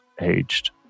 aged